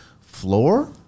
floor